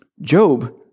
Job